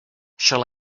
shall